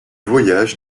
voyage